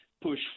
push